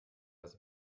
das